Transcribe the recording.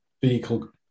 vehicle